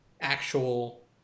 actual